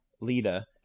Lita